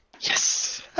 Yes